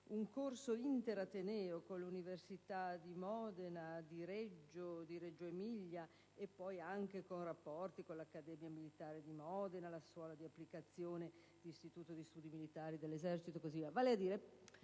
un corso interateneo con le università di Modena e di Reggio Emilia ed ha rapporti con l'Accademia militare di Modena, la Scuola di applicazione e l'Istituto di studi militari dell'esercito. Vale a